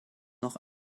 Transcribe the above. noch